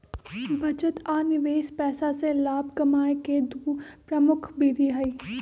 बचत आ निवेश पैसा से लाभ कमाय केँ दु प्रमुख विधि हइ